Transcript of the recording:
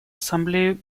ассамблею